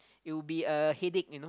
it'll be a headache you know